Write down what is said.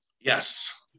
Yes